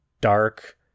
dark